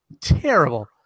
terrible